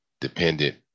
dependent